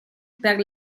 per